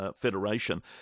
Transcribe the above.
Federation